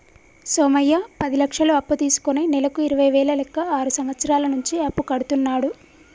సోమయ్య పది లక్షలు అప్పు తీసుకుని నెలకు ఇరవై వేల లెక్క ఆరు సంవత్సరాల నుంచి అప్పు కడుతున్నాడు